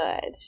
good